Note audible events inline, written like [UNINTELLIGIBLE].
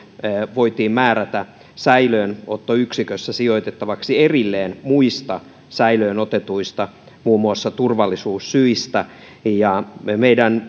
voitiin määrätä säilöönottoyksikössä sijoitettavaksi erilleen muista säilöön otetuista muun muassa turvallisuussyistä meidän [UNINTELLIGIBLE]